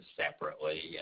separately